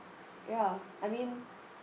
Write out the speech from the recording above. ya I mean